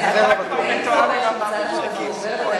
האם זה אומר שאם הצעת החוק הזו עוברת,